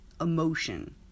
emotion